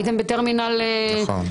הייתם בטרמינל 3. נכון,